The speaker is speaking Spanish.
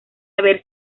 haber